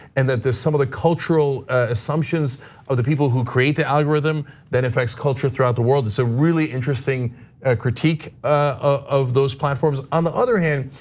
and that there's some of the cultural assumptions of the people who create the algorithm that infects culture throughout the world. it's a really interesting ah critique ah of those platforms. on the other hand,